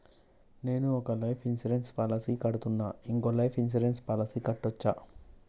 నేను ఒక life insurance policy కడ్తున్నా, ఇంకో లైఫ్ ఇన్సూరెన్స్ పాలసీ కట్టొచ్చా?